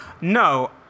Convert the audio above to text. no